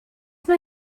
mae